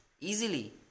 easily